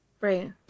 right